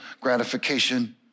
gratification